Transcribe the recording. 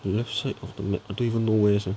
the left side of the map I don't even know where sia